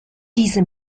diese